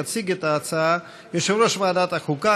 יציג את ההצעה יושב-ראש ועדת החוקה,